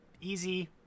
easy